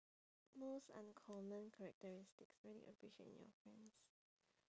most uncommon characteristics really appreciate in your friends